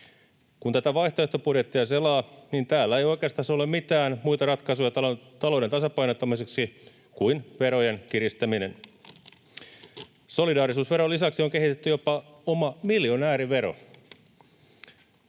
Kun tätä vaihtoehtobudjettia selaa, niin täällä ei oikeastaan ole mitään muita ratkaisuja talouden tasapainottamiseksi kuin verojen kiristäminen. Solidaarisuusveron lisäksi on kehitetty jopa oma miljonäärivero.